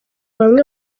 bamwe